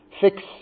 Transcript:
Fix